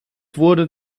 wurde